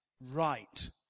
right